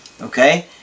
Okay